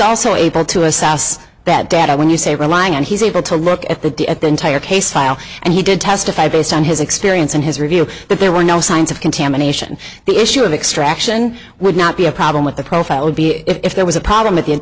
also able to assess that data when you say relying and he's able to look at the d at the entire case file and he did testify based on his experience and his review that there were no signs of contamination the issue of extraction would not be a problem with the profile would be if there was a problem with